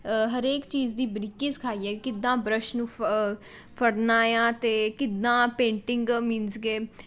ਹਰੇਕ ਚੀਜ਼ ਦੀ ਬਰੀਕੀ ਸਿਖਾਈ ਹੈ ਕਿੱਦਾਂ ਬਰੱਸ਼ ਨੂੰ ਫ ਫੜਨਾ ਆਂ ਅਤੇ ਕਿੱਦਾਂ ਪੇਂਟਿੰਗ ਮੀਨਸ ਕਿ